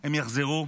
הם יחזרו?